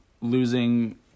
Losing